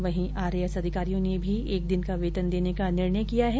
वहीं आरएएस अधिकारियों ने भी एक दिन का वेतन देने का निर्णय किया है